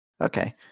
Okay